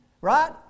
Right